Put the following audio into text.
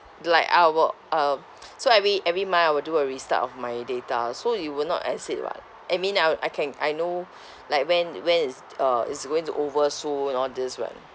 like I will um so every every month I will do a restart of my data so it will not exceed [what] I mean I'll I can I know like when when is uh is going to overuse and all these [what]